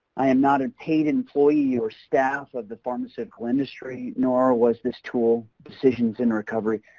i am not a paid employee or staff of the pharmaceutical industry, nor was this tool decisions in recovery,